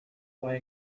way